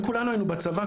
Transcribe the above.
וכולנו היינו בצבא,